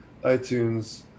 iTunes